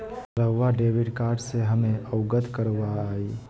रहुआ debit card से हमें अवगत करवाआई?